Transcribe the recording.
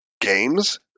games